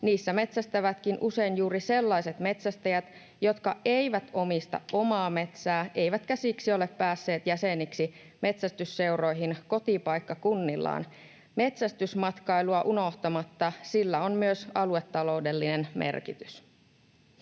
niissä metsästävätkin usein juuri sellaiset metsästäjät, jotka eivät omista omaa metsää eivätkä siksi ole päässeet jäseniksi metsästysseuroihin kotipaikkakunnillaan. Metsästysmatkailua unohtamatta sillä on myös aluetaloudellinen merkitys.